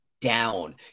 down